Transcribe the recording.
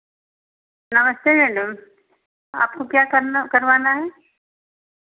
नमस्ते मैडम आपको क्या करना करवाना है